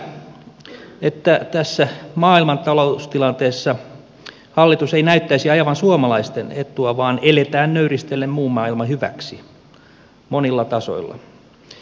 moitin sitä että tässä maailman taloustilanteessa hallitus ei näyttäisi ajavan suomalaisten etua vaan eletään nöyristellen muun maailman hyväksi monilla tasoilla